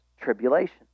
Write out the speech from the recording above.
tribulation